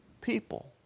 people